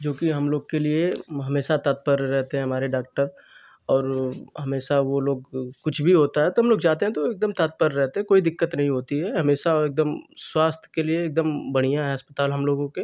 जोकि हम लोगों के लिए हमेशा तत्पर रहते हैं हमारे डॉक्टर और हमेशा वे लोग कुछ भी होता है तो हमलोग जाते हैं तो एकदम तत्पर रहते कोई दिक्कत नहीं होती है हमेशा एकदम स्वास्थ्य के लिए एकदम बढ़ियाँ है अस्पताल हम लोगों के